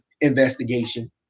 investigation